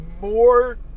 more